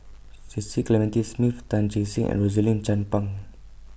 Cecil Clementi Smith Tan Che Sang and Rosaline Chan Pang